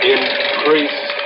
Increase